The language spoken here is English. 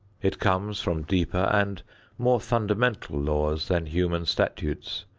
it comes from deeper and more fundamental laws than human statutes.